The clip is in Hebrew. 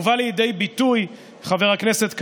ובא לידי ביטוי, חבר הכנסת כסיף,